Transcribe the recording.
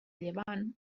llevant